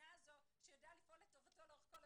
אני בוועדת רפורמות מהיום הראשון,